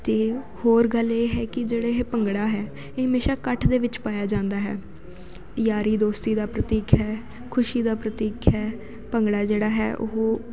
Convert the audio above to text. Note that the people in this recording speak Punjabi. ਅਤੇ ਹੋਰ ਗੱਲ ਇਹ ਹੈ ਕਿ ਜਿਹੜਾ ਇਹ ਭੰਗੜਾ ਹੈ ਇਹ ਹਮੇਸ਼ਾ ਇਕੱਠ ਦੇ ਵਿੱਚ ਪਾਇਆ ਜਾਂਦਾ ਹੈ ਯਾਰੀ ਦੋਸਤੀ ਦਾ ਪ੍ਰਤੀਕ ਹੈ ਖੁਸ਼ੀ ਦਾ ਪ੍ਰਤੀਕ ਹੈ ਭੰਗੜਾ ਜਿਹੜਾ ਹੈ ਉਹ